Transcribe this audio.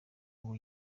ubwo